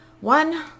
One